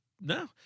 No